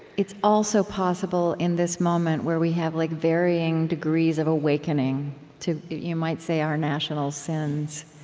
it's also possible, in this moment where we have like varying degrees of awakening to, you might say, our national sins,